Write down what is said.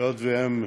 היות שהם,